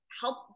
help